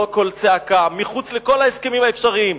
לא קול צעקה, מחוץ לכל ההסכמים האפשריים.